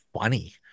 funny